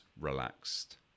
relaxed